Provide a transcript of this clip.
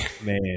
man